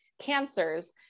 cancers